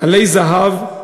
עלי-זהב,